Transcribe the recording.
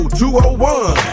201